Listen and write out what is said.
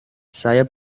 saya